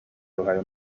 ohio